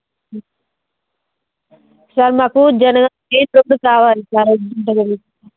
sir మాకు జనగామా కావాలి sir అర్జెంట్టుగా